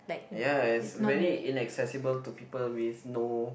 ya is very inaccessible to people with no